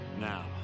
Now